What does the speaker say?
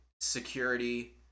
security